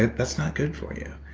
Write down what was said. that's not good for you.